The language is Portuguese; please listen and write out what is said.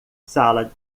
sala